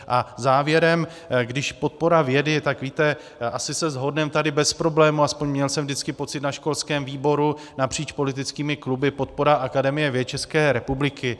A závěrem, když podpora vědy, tak víte, asi se shodneme tady bez problému, aspoň měl jsem vždycky pocit na školském výboru napříč politickými kluby, podpora Akademie věd České republiky.